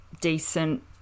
decent